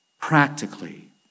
practically